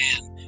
man